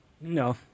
No